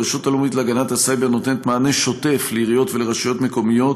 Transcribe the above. הרשות הלאומית להגנת הסייבר נותנת מענה שוטף לעיריות ולרשויות המקומיות